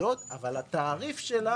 לבין התעריף,